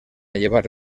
llevar